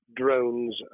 drones